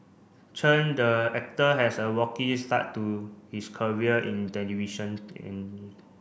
Chen the actor has a rocky start to his career in television in